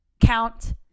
count